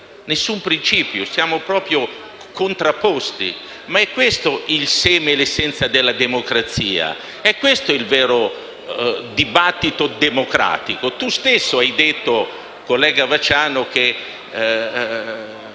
alcun principio ma, anzi, siamo proprio di idee contrapposte. Ma è questo il seme e l'essenza della democrazia. Questo è il vero dibattito democratico. Tu stesso hai detto, collega Vacciano, che